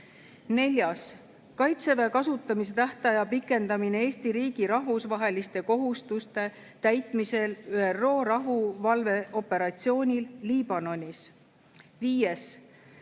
"Kaitseväe kasutamise tähtaja pikendamine Eesti riigi rahvusvaheliste kohustuste täitmisel ÜRO rahuvalveoperatsioonil Liibanonis".